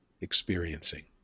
experiencing